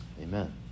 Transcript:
Amen